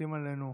מסתכלים עלינו.